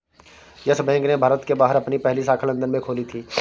yes Bank ने भारत के बाहर अपनी पहली शाखा लंदन में खोली थी